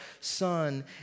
Son